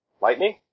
Lightning